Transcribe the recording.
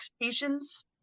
patients